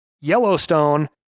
Yellowstone